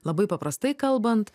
labai paprastai kalbant